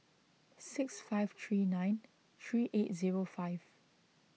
six five three nine three eight zero five